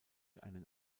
einen